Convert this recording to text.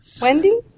Wendy